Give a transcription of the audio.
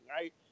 right